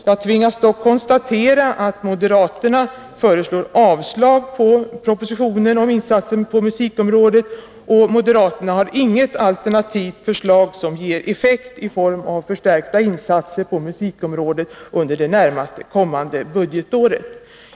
Jag tvingas dock konstatera att moderaterna föreslår avslag på propositionen om insatser på musikområdet. Moderaterna har inget alternativt förslag som ger effekt i form av förstärkta insatser på musikområdet under det närmast kommande budgetåret.